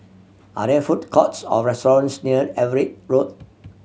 are there food courts or restaurants near Everitt Road